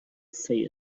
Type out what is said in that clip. say